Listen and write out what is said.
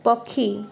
ପକ୍ଷୀ